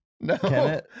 No